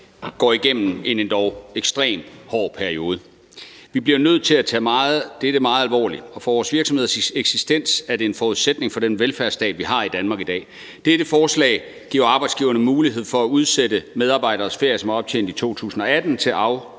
går igennem en endog ekstremt hård periode. Vi bliver nødt til at tage dette meget alvorligt, og for vores virksomheders eksistens er det en forudsætning for den velfærdsstat, vi har i Danmark i dag. Det her forslag giver arbejdsgiveren mulighed for at udsætte medarbejderes ferie, som er optjent i 2018, til afholdelse